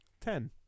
Ten